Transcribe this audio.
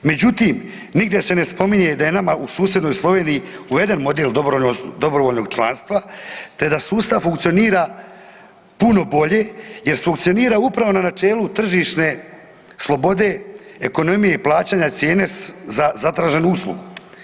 Međutim, nigdje se ne spominje da je nama u susjednoj Sloveniji uveden model dobrovoljnog članstva te da sustav funkcionira puno bolje, jer funkcionira upravo na načelu tržišne slobode, ekonomije i plaćanja cijene za zatraženu uslugu.